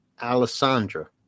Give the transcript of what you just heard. Alessandra